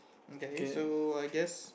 okay so I guess